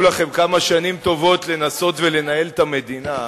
לכם כמה שנים טובות לנסות ולנהל את המדינה,